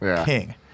king